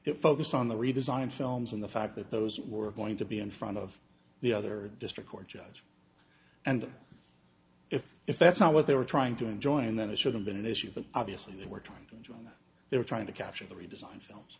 it focused on the redesign films and the fact that those were going to be in front of the other district court judge and if if that's not what they were trying to enjoin then it should have been an issue but obviously they were trying to and they were trying to capture the redesigns films